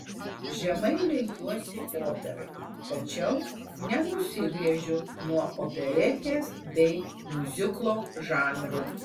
žemai lenkiuosi operai tačiau nenusigręžiu nuo operetės bei miuziklo žanrų